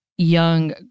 Young